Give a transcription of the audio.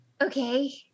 Okay